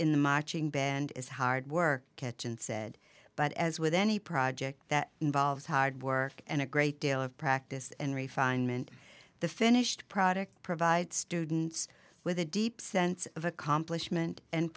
in the marching band is hard work kitchen said but as with any project that involves hard work and a great deal of practice and refinement the finished product provide students with a deep sense of accomplishment and